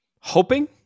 hoping